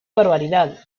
barbaridad